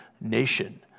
nation